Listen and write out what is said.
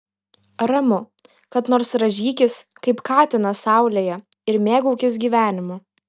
ramu kad nors rąžykis kaip katinas saulėje ir mėgaukis gyvenimu